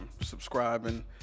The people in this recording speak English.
subscribing